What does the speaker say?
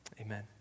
amen